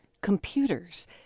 computers